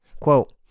Quote